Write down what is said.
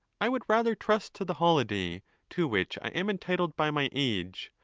i would rather trust to the holiday to which i am entitled by my age,